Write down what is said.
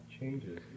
changes